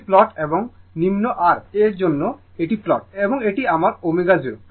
এটি প্লট এবং নিম্ন R এর জন্য এটি প্লট এবং এটি আমার ω0